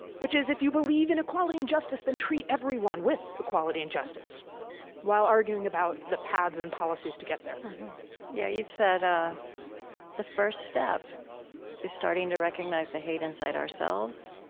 which is if you believe in equality and justice, then treat everyone with equality and justice while arguing about the paths and policies to get there yeah you've said, ah the first step is starting to recognize the hate inside ourselves.